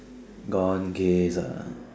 gone case